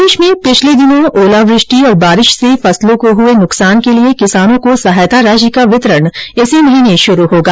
प्रदेश में पिछले दिनों ओलावृष्टि और बारिश से फसलों को हुए नुकसान के लिए किसानों को सहायता राशि का वितरण इसी महीने शुरू होगा